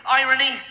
irony